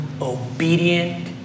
obedient